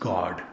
God